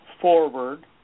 forward